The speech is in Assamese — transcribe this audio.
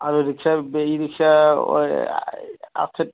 আৰু ৰিক্সা ই ৰিক্সা আছে